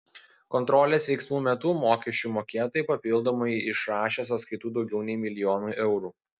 kontrolės veiksmų metu mokesčių mokėtojai papildomai išrašė sąskaitų daugiau nei milijonui eurų